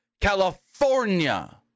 California